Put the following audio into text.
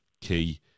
key